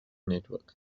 network